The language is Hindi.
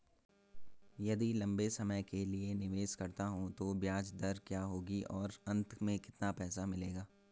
यदि लंबे समय के लिए निवेश करता हूँ तो ब्याज दर क्या होगी और अंत में कितना पैसा मिलेगा?